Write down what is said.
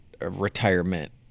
retirement